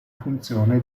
funzione